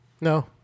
no